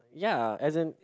ya as in